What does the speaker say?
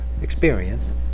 experience